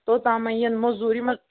توتام ما یِنۍ موٚزوٗرۍ یِمن